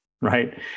right